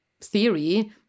theory